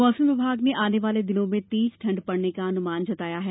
मौसम विभाग ने आने वाले दिनों में तेज ठंड पडने का अनुमान जताया है